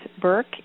Burke